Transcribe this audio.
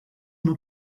una